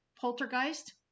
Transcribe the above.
poltergeist